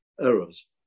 errors